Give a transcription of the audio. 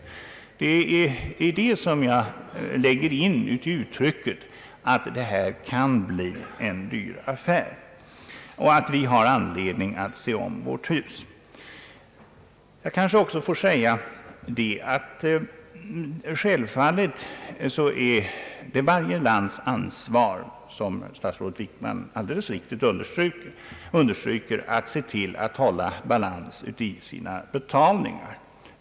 Det är vad jag lägger in i uttrycket att detta kan bli en dyr affär och att vi har anledning att se om vårt hus. Självfallet är det varje lands ansvar — som statsrådet Wickman alldeles riktigt understryker — att hålla sina betalningar i balans.